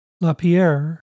LaPierre